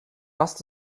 hast